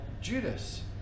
Judas